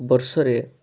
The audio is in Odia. ବର୍ଷରେ